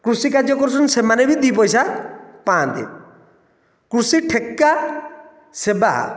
କୃଷିକାର୍ଯ୍ୟ କରୁଛନ୍ତି ସେମାନେ ବି ଦୁଇ ପଇସା ପାଆନ୍ତେ କୃଷି ଠେକା ସେବା